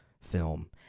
film